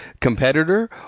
competitor